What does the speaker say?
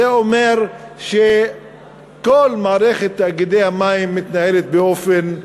זה אומר שכל מערכת תאגידי המים מתנהלת באופן,